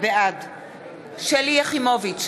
בעד שלי יחימוביץ,